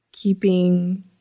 keeping